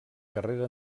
carrera